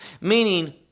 meaning